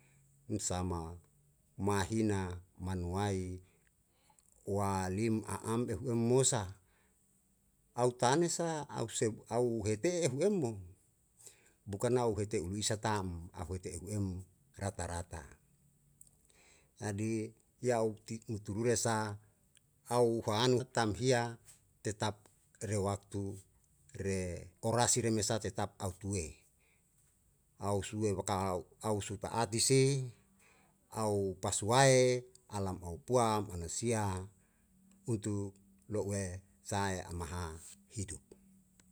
Msama mahina manuwae walim a'am ehu em mosa au tane sa au se au hete ehu em mo bukan na u hete u lisa ta'm a huete ehu em rata rata jadi yau ti untuk rura sa au hanu tam hiya tetap re waktu re orasi re mesa tetap au tue au sue bakau au su taati se au pasuae alam au puam ana sia untuk lo'ue sae amaha hidup.